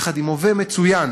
יחד עם הווה מצוין,